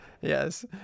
Yes